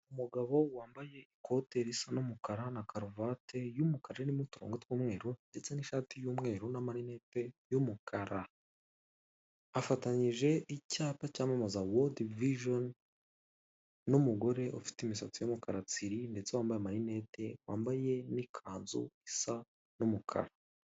Umugabo wambaye ikote risa n'umukara na karuvati y'umukara irimo uturongo tw'umweru ndetse n'ishati y'umweru n'amarinete y'umukara, afatanyije icyapa cyamamaza Wodi vijeni n'umugore ufite imisatsi w'umukara tsiriri ndetse wambaye amarinete, wambaye n'ikanzu isa n'umukara.